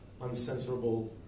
uncensorable